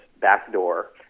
backdoor